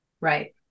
Right